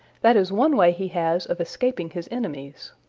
that is one way he has of escaping his enemies.